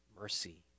mercy